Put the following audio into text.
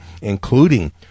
including